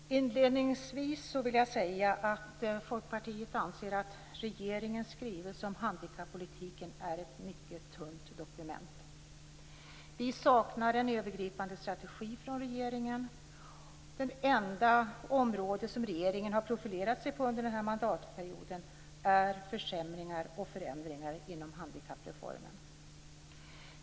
Herr talman! Inledningsvis vill jag säga att Folkpartiet anser att regeringens skrivelse om handikappolitiken är ett mycket tunt dokument. Vi saknar en övergripande strategi från regeringen. Det enda område som regeringen har profilerat sig på under den här mandatperioden är försämringar och förändringar inom handikappreformen.